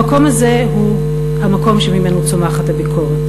המקום הזה הוא המקום שממנו צומחת הביקורת,